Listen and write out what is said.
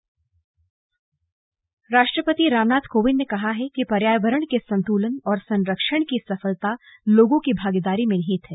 slug राष्ट्रपति पर्यावरण राष्ट्रपति रामनाथ कोविंद ने कहा है कि पर्यावरण के संतुलन और संरक्षण की सफलता लोगों की भागीदारी में निहित है